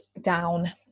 down